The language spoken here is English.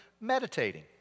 meditating